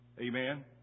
Amen